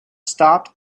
stopped